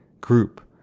group